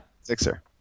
Sixer